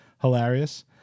hilarious